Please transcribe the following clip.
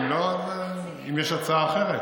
אם לא, אז, אם יש הצעה אחרת.